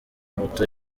moto